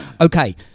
Okay